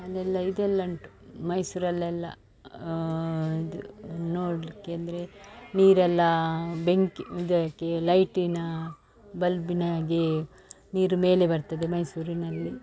ಅಲ್ಲೆಲ್ಲ ಇದೆಲ್ಲ ಉಂಟು ಮೈಸೂರಲ್ಲೆಲ್ಲ ಇದು ನೋಡಲಿಕ್ಕೆ ಅಂದರೆ ನೀರೆಲ್ಲ ಬೆಂಕಿ ಇದ್ಹಾಕಿ ಲೈಟಿನ ಬಲ್ಬಿನಾಗೆ ನೀರು ಮೇಲೆ ಬರ್ತದೆ ಮೈಸೂರಿನಲ್ಲಿ